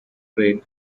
grade